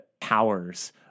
powers